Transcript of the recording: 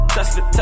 Tesla